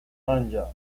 hanja